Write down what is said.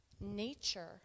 Nature